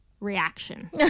Reaction